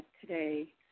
today